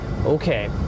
okay